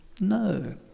No